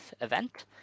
event